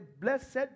blessed